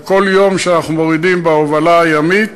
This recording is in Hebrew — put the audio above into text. וכל יום שאנחנו מורידים בהובלה הימית